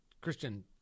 Christian